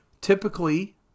Typically